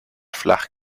flach